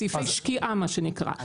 סעיפים שקיעה, מה שנקרא.